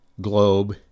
globe